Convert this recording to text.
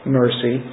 mercy